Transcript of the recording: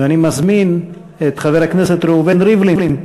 ואני מזמין את חבר הכנסת ראובן ריבלין.